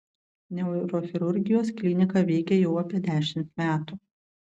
neurochirurgijos klinika veikia jau apie dešimt metų